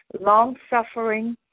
long-suffering